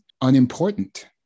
unimportant